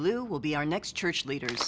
lou will be our next church leaders